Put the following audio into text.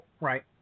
right